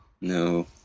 No